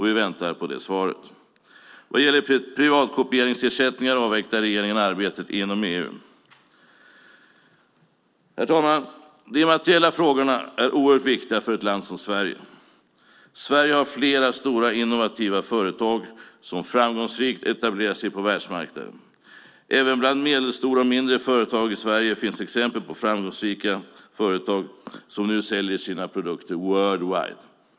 Vi väntar på det svaret. När det gäller privatkopieringsersättningar avvaktar regeringen arbetet inom EU. Herr talman! De immateriella frågorna är oerhört viktiga för ett land som Sverige. Sverige har flera stora innovativa företag som framgångsrikt etablerat sig på världsmarknaden. Även bland medelstora och mindre företag i Sverige finns framgångsrika företag som nu säljer sina produkter worldwide.